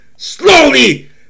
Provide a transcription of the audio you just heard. Slowly